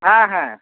হ্যাঁ হ্যাঁ